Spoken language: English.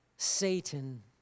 Satan